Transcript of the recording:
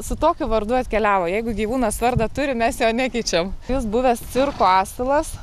su tokiu vardu atkeliavo jeigu gyvūnas vardą turi mes jo nekeičiam jis buvęs cirko asilas